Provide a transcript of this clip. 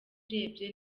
urebye